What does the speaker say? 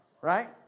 right